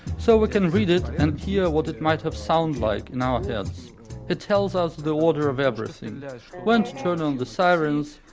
so we can read it and hear what it might have sound like now it is. it tells us the order of everything, went to turn on the sirens,